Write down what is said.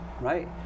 Right